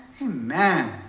Amen